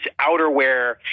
outerwear